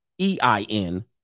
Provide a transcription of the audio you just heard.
E-I-N